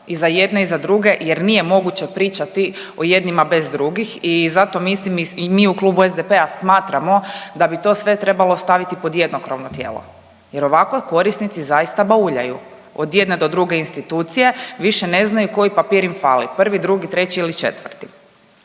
i za jedne i za druge, jer nije moguće pričati o jednima bez drugih i zato mislim i mi u klubu SDP-a smatramo da bi to sve trebalo staviti pod jedno krovno tijelo, jer ovako korisnici zaista bauljaju od jedne do druge institucije. Više ne znaju koji papir im fali prvi, drugi, treći ili četvrti.